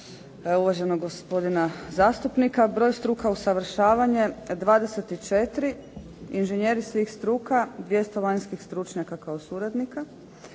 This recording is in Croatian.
uvaženog gospodina zastupnika. Broj struka, usavršavanje 24, inženjeri svih struka 200 vanjskih stručnjaka kao suradnika,